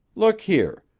look here.